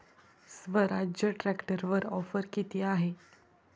स्वराज्य ट्रॅक्टरवर ऑफर किती आहे?